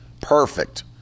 perfect